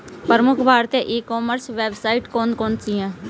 प्रमुख भारतीय e commerce website कौन कौन सी हैं?